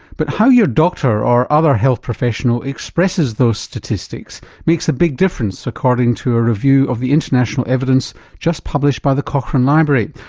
but how your doctor or other health professional expresses those statistics makes a big difference according to a review of the international evidence just published by the cochrane library.